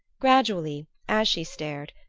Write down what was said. gradually, as she stared,